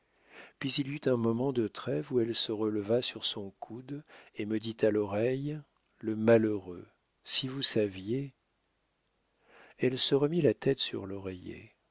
puis il y eut un moment de trêve où elle se releva sur son coude et me dit à l'oreille le malheureux si vous saviez elle se remit la tête sur l'oreiller